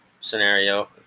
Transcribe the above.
scenario